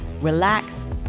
relax